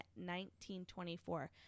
1924